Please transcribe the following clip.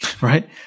right